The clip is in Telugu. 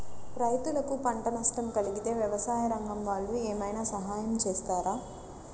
రైతులకు పంట నష్టం కలిగితే వ్యవసాయ రంగం వాళ్ళు ఏమైనా సహాయం చేస్తారా?